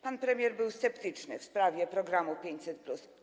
Pan premier był sceptyczny w sprawie programu 500+.